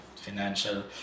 financial